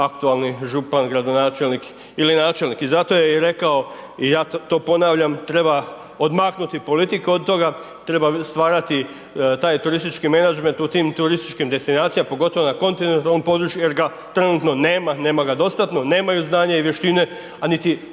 aktualni župan, gradonačelnik ili načelnik, i zato je i rekao, i ja to ponavljam treba odmahnuti politiku od toga, treba stvarati taj turistički menadžment u tim turističkim destinacijama, pogotovo na kontinentalnom području jer ga trenutno nema, nema ga dostatno, nemaju znanja i vještine, a niti